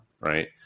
right